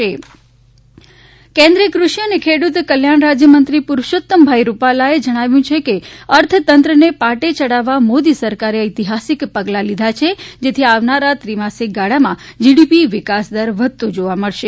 repeat Parshottam Rupala કેન્દ્રીય કૃષિ અને ખેડુત કલ્યાણ રાજ્યમંત્રી પરશોત્તમભાઈ રૂપાલાએ જણાવ્યું છે કે અર્થતંત્રને પાટે યડાવવા મોદી સરકારે ઐતિહાસિક પગલા લીધા છે જેથી આવનારા ત્રિમાસિક ગાળામાં જીડીપી વિકાસદર વધતો જોવા મળશે